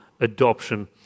adoption